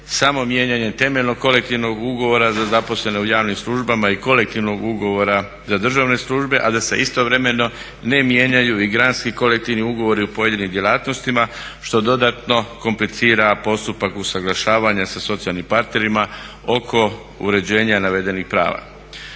samo mijenjanjem temeljnog kolektivnog ugovora za zaposlene u javnim službama i kolektivnog ugovora za državne službe, a da se istovremeno ne mijenjaju i granski kolektivni ugovori u pojedinim djelatnostima što dodatno komplicira postupak usuglašavanja sa socijalnim partnerima oko uređenja navedenih prava.